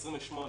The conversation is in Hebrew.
לאנשי הממלכה,